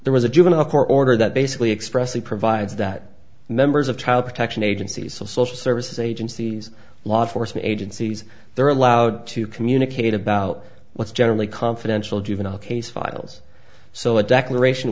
there was a juvenile court order that basically expressly provides that members of child protection agencies so social services agencies law enforcement agencies they're allowed to communicate about what's generally confidential juvenile case files so a declaration